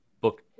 book